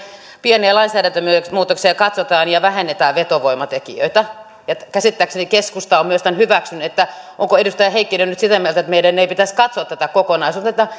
pieniä lainsäädäntömuutoksia katsotaan ja vähennetään vetovoimatekijöitä käsittääkseni keskusta on myös tämän hyväksynyt onko edustaja heikkinen nyt sitä mieltä että meidän ei pitäisi katsoa tätä kokonaisuutta